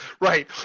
right